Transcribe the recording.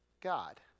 God